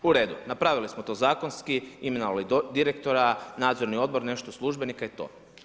U redu, napravili smo to zakonski, imenovali direktora, nadzorni odbor, nešto službenika i to.